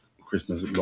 Christmas